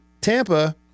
Tampa